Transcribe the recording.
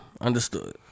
Understood